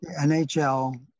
NHL